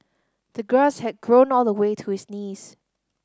the grass had grown all the way to his knees